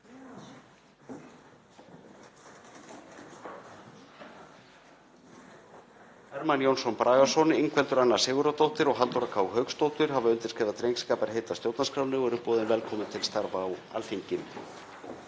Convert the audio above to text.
Hermann Jónsson Bragason, Ingveldur Anna Sigurðardóttir og Halldóra K. Hauksdóttir hafa undirskrifað drengskaparheit að stjórnarskránni og eru boðin velkomin til starfa á Alþingi.